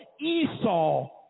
Esau